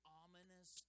ominous